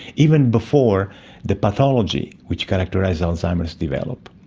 even before the pathology which characterises alzheimer's develops.